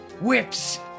whips